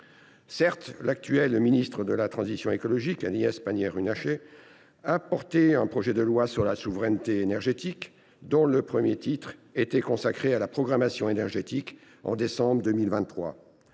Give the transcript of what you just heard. Certes, l’actuelle ministre de la transition écologique, Agnès Pannier Runacher, a porté un projet de loi sur la souveraineté énergétique, dont le titre premier était consacré à la programmation énergétique, en décembre 2023.